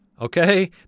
Okay